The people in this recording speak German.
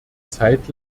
zeit